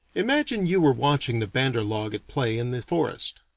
imagine you are watching the bandarlog at play in the forest.